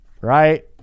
Right